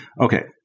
Okay